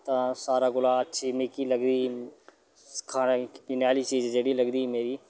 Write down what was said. तां सारे कोला अच्छी मिगी लगदी खाने पीने आह्ली चीज़ जेह्ड़ी लगदी मेरी